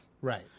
Right